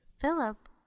Philip